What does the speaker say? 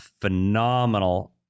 phenomenal